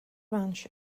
ranch